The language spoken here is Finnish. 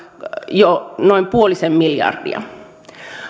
jo noin puolisen miljardia